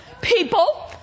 people